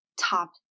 top